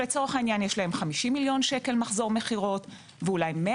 שלצורך העניין יש להן 50 מיליון שקל מחזור מכירות ואולי 100